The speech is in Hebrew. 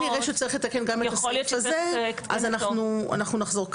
נראה שצריך לתקן גם את הסעיף הזה אז אנחנו נחזור.